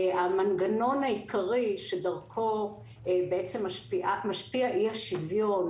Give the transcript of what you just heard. המנגנון העיקרי שדרכו משפיע אי השוויון